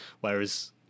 whereas